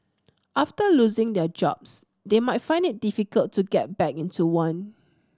after losing their jobs they may find it difficult to get back into one